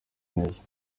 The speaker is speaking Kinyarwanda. neza